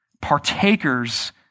Partakers